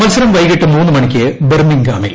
മത്സരം വൈകിട്ട് മൂന്ന് മണിക്ക് ബെർമിങ്ഗാമിൽ